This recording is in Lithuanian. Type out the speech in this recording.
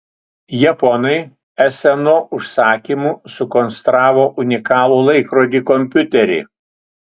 japonai sno užsakymu sukonstravo unikalų laikrodį kompiuterį